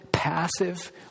Passive